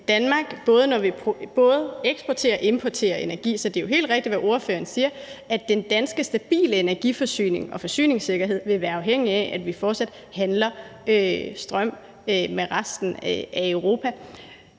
Danmark både eksporterer og importerer energi. Så det er jo helt rigtigt, hvad ordføreren siger, nemlig at den danske stabile energiforsyning og forsyningssikkerhed vil være afhængig af, at vi fortsat handler strøm med resten af Europa.